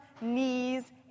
knees